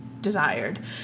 desired